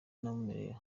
namumenye